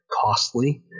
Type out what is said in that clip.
costly